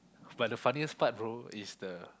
but the funniest part bro is the